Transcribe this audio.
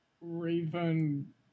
Raven